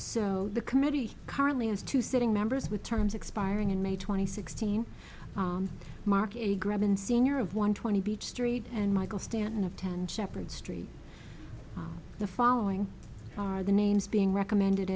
so the committee currently has two sitting members with terms expiring and may twenty sixteen marquis graben sr of one twenty beech street and michael stanton of ten shepherd street the following are the names being recommended